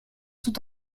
sont